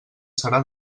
serà